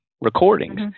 recordings